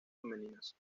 femeninas